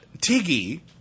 Tiggy